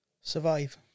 survive